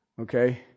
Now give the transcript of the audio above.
Okay